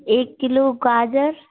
एक किलो गाजर